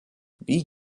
wie